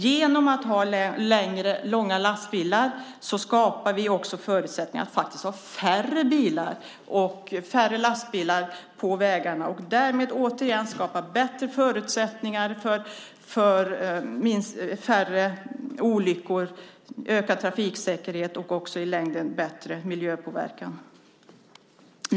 Genom att ha långa lastbilar skapar vi också förutsättningar att ha färre bilar och lastbilar på vägarna. Däremot skapas återigen bättre förutsättningar för färre olyckor, ökad trafiksäkerhet och i längden också bättre miljöpåverkan.